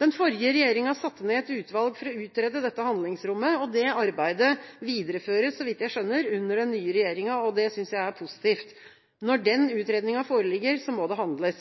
Den forrige regjeringa satte ned et utvalg for å utrede dette handlingsrommet. Det arbeidet videreføres, så vidt jeg skjønner, under den nye regjeringa. Det synes jeg er positivt. Når denne utredninga foreligger, må det handles.